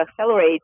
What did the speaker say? accelerate